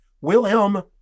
Wilhelm